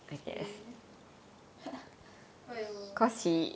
okay !aiyo!